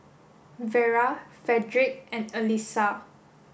Vera Frederick and Alisa